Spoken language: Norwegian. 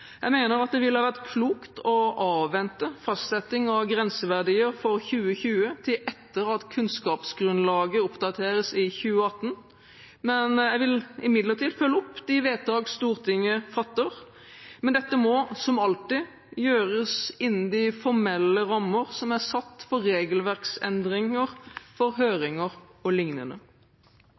Jeg mener at det ville ha vært klokt å avvente fastsetting av grenseverdier for 2020 til etter at kunnskapsgrunnlaget oppdateres i 2018. Jeg vil imidlertid følge opp de vedtak Stortinget fatter, men dette må, som alltid, gjøres innen de formelle rammene som er satt for regelverksendringer for